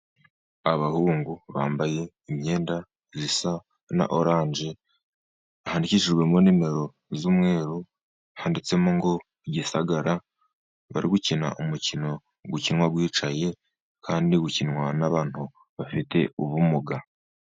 Abahungu bambaye imyenda isa na orange, handikishijwemo nimero z'umweru, handitsemo ngo gisagara. Bari gukina umukino ukinwa bicaye, kandi ukinwa n'abantu bafite ubumuga.